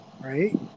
right